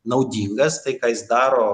naudingas tai ką jis daro